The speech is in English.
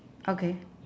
okay